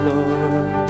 Lord